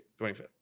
25th